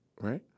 right